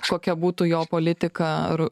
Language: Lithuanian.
kokia būtų jo politika ru